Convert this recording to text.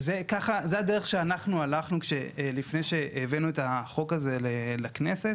זו הדרך בה אנחנו הלכנו לפני שהבאנו את החוק הזה לכנסת